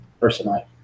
personally